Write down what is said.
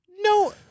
No